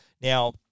Now